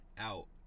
out